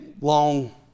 long